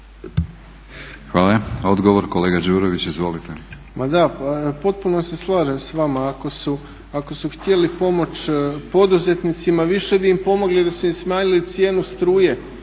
Hvala. Odgovor kolega Đurović, izvolite.